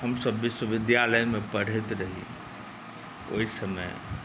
हमसभ विश्वविद्यालयमे पढ़ैत रही ओहि समय